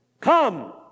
come